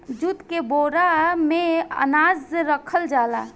jute के बोरा में अनाज रखल जाला